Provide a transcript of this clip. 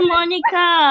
Monica